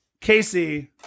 Casey